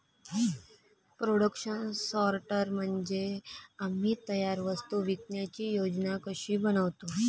production sorter म्हणजे आम्ही तयार वस्तू विकण्याची योजना कशी बनवतो